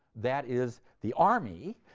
that is the army,